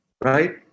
right